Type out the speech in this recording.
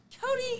Cody